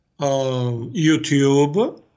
YouTube